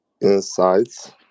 insights